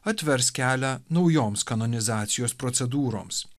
atvers kelią naujoms kanonizacijos procedūroms